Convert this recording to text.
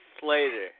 Slater